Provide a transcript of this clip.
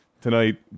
tonight